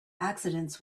accidents